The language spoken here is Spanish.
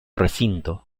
recinto